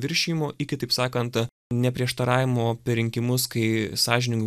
viršijimo iki taip sakant neprieštaravimo per rinkimus kai sąžiningu